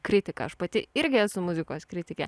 kritiką aš pati irgi esu muzikos kritikė